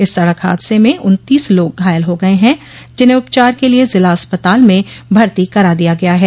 इस सड़क हादसे में उन्तीस लोग घायल हो गये हैं जिन्हें उपचार के लिये जिला अस्पताल में भर्ती करा दिया गया है